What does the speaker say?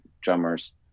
drummers